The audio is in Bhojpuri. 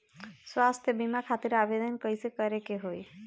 स्वास्थ्य बीमा खातिर आवेदन कइसे करे के होई?